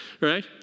right